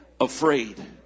afraid